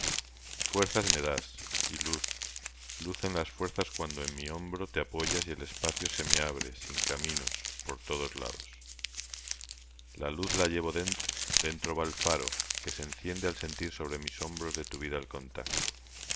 fuerzas me das y luz luz en las fuerzas cuando en mi hombro te apoyas y el espacio se me abre sin caminos por todos lados la luz la llevo dentro dentro va el faro que se enciende al sentir sobre mis hombros de tu vida el contacto